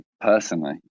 personally